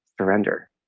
surrender